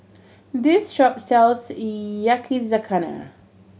this shop sells Yakizakana